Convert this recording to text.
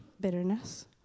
bitterness